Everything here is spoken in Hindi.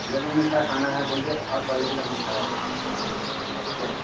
जो भी मीठा खाना है बोलिए हर क्वालेटी का मीठा रखा है रखते हैं